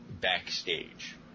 backstage